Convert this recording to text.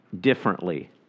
differently